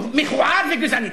מכוער וגזעני.